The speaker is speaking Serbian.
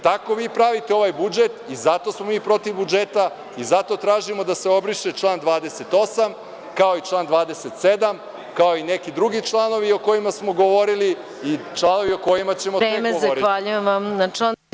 Tako vi pravite ovaj budžet i zato smo mi protiv budžeta i zato tražimo da se obriše član 28, kao i član 27, kao i neki drugi članovi o kojima smo govorili i članovi o kojima ćemo tek govoriti.